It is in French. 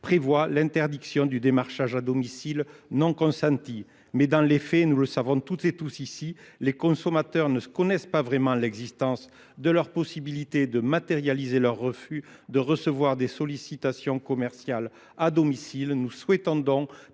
prévoit l'interdiction du démarchage à domicile non consenti. Mais dans les faits, nous le savons tous et toutes ici, les consommateurs ne connaissent pas vraiment l'existence de leur possibilité de matérialiser leur refus de recevoir des sollicitations commerciales à domicile. Nous souhaitons donc